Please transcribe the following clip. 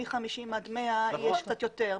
מ-50 עד 100 יש קצת יותר,